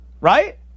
Right